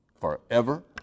forever